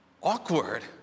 awkward